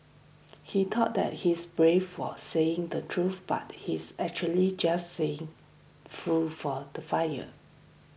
he thought that he's brave for saying the truth but he's actually just saying fuel for the fire